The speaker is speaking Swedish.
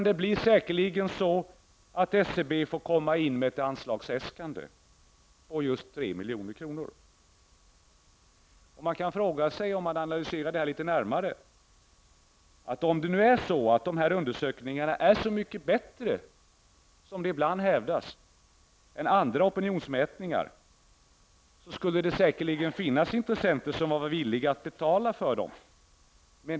Det blir säkerligen i stället så, att SCB får komma in med ett anslagsäskande på just 3 milj.kr. Om man analyserar detta litet närmare kan man fråga sig hur det kommer sig att det inte finns intressenter som är villiga att betala för dessa mätningar, om det nu är så att dessa undersökningar, som det ibland hävdas, är så mycket bättre än andra opinionsmätningar.